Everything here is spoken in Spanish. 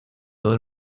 todo